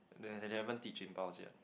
they they haven't teach impulse yet